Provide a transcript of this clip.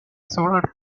solar